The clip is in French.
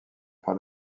par